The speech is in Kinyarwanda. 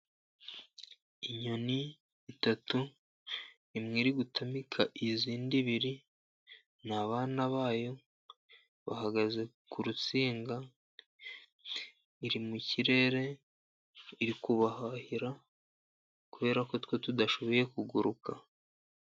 Inyoni eshatu imwe iri gutamika abana bayo bahagaze ku rusinga iri mu kirere irikubahira kuberako twe tudashoboye kuguruka.